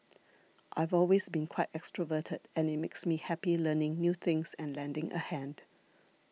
I've always been quite extroverted and it makes me happy learning new things and lending a hand